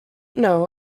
know